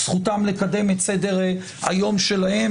זכותם לקדם את סדר היום שלהם,